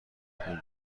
اون